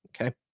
okay